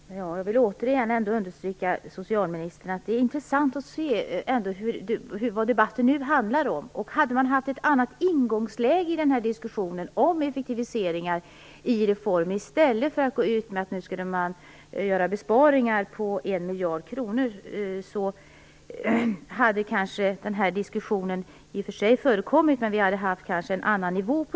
Fru talman! Jag vill återigen understryka att det är intressant att se vad debatten nu handlar om. Hade vi haft ett annat ingångsläge i diskussionen och talat om effektiviseringar i reformen i stället för att säga att det skulle genomföras besparingar på 1 miljard kronor hade kanske diskussionen förts på en annan nivå.